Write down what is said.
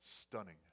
stunning